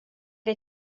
det